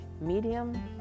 medium